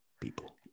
people